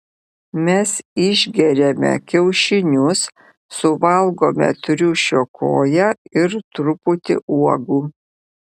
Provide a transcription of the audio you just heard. mes išgeriame kiaušinius suvalgome triušio koją ir truputį uogų